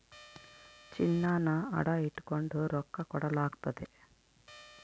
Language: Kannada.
ಚಿನ್ನಾನ ಅಡ ಇಟಗಂಡು ರೊಕ್ಕ ಕೊಡಲಾಗ್ತತೆ